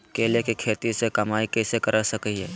केले के खेती से कमाई कैसे कर सकय हयय?